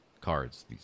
cards